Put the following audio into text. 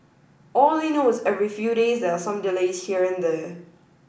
all they know is every few days there are some delays here and there